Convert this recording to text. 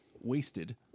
Wasted